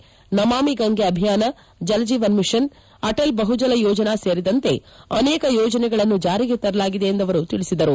ನಮಾಮಿ ಗಂಗೆ ಅಭಿಯಾನ ಜಲಜೀವನ್ ಮಿಷನ್ ಅಟಲ್ ಬಹುಜಲ ಯೋಜನಾ ಸೇರಿದಂತೆ ಅನೇಕ ಯೋಜನೆಗಳನ್ನು ಜಾರಿಗೆ ತರಲಾಗಿದೆ ಎಂದು ಅವರು ತಿಳಿಸಿದರು